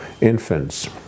infants